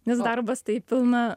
nes darbas tai pilna